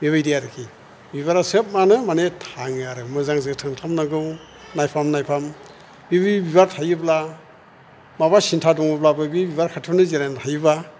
बेबायदि आरिखि बिबारा सोब मानो मानि थाङो आरो मोजां जोथोन खालामनांगौ नामफाम नायफाम बिबायदि बिबार थायोब्ला माबा सिन्था दङब्ला बि बिबार खाथियावनो जिरायनानै थायोबा